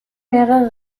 mehrere